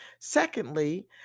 Secondly